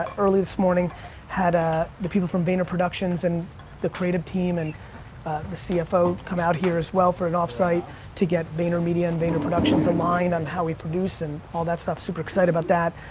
ah early this morning had ah the people from vayner productions and the creative team and the cfo come out here, as well, for an off-site to get vayner media and vayner productions aligned on how we produce and all that stuff, super excited about that.